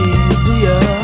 easier